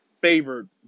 favored